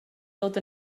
dod